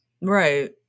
right